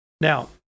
Now